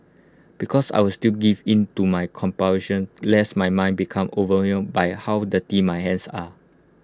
because I would still give in to my compulsions lest my mind becomes overwhelmed by how dirty my hands are